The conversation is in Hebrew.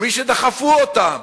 ומי שדחפו אותם,